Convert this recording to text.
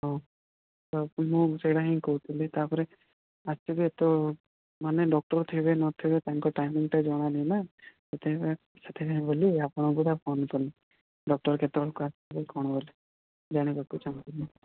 ହଁ ତ ମୁଁ ସେଇଟା ହିଁ କହୁଥିଲି ତାପରେ ମାନେ ଡକ୍ଟର୍ ଥିବେ ନଥିବେ ଟାଇମିଂଟା ଜଣାନାହିଁ ନାଁ ସେଥିପାଇଁ ସେଥିପାଇଁ ବୋଲି ଆପଣଙ୍କୁ ଫୋନ୍ କଲି ଡକ୍ଟର୍ କେତେବେଳେକୁ ଆସିବେ କ'ଣ ବୋଲି ଜାଣିବାକୁ ଚାଁହୁଥିଲି